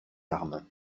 armes